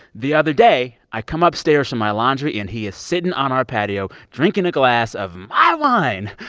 the other day, i come upstairs from my laundry, and he is sitting on our patio drinking a glass of my wine.